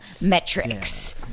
Metrics